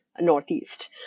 northeast